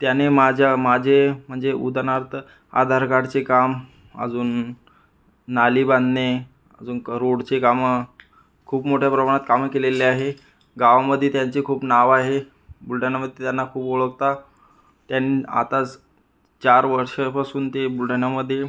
त्याने माझ्या माझे म्हणजे उदाहरणार्थ आधार कार्डचे काम अजून नाली बांधणे अजून करोडचे कामं खूप मोठ्या प्रमाणात कामं केलेले आहे गावामधे त्यांचे खूप नाव आहे बुलढाण्यामध्ये त्यांना खूप ओळखतात त्यांना आतास चार वर्षपासून ते बुलढाणामध्ये